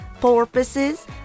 porpoises